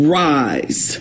rise